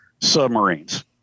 submarines